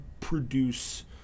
produce